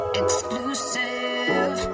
exclusive